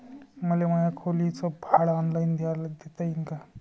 मले माया खोलीच भाड ऑनलाईन देता येईन का?